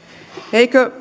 eikö